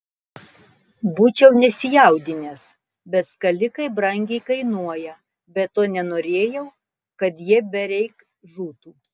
būčiau nesijaudinęs bet skalikai brangiai kainuoja be to nenorėjau kad jie bereik žūtų